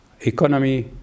economy